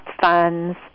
funds